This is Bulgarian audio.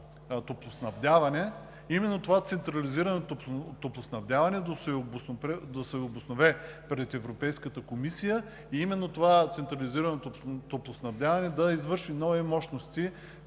то да се обоснове пред Европейската комисия и именно това централизирано топлоснабдяване да изгради нови мощности